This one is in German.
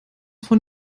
von